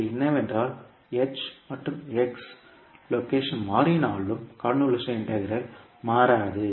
அது என்னவென்றால் h மற்றும் x லொகேஷன் மாற்றினாலும் கன்வொல்யூஷன் இன்டெக்ரல் மாறாது